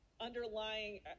underlying